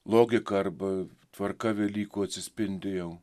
logika arba tvarka velykų atsispindi jau